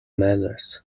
manners